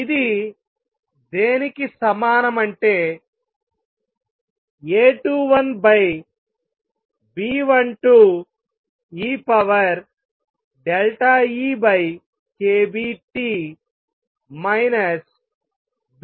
ఇది దేనికి సమానం అంటే A21B12eEkBT B21